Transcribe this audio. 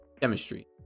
Chemistry